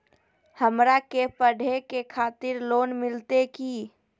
हमरा के पढ़े के खातिर लोन मिलते की?